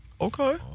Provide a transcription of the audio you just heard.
okay